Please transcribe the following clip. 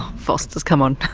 fosters come on.